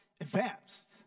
advanced